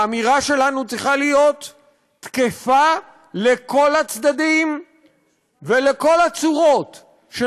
האמירה שלנו צריכה להיות תקפה לכל הצדדים ולכל הצורות של